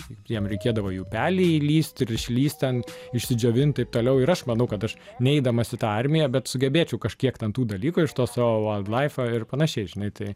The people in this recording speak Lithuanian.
kaip jam reikėdavo į upelį įlįsti ir išlįsti ten išsidžiovint taip toliau ir aš manau kad aš neidamas į tą armiją bet sugebėčiau kažkiek ten tų dalykų iš to savo laifo ir panašiai žinai tai